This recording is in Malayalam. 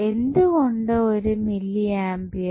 എന്തുകൊണ്ട് ഒരു മില്ലി ആംപിയർ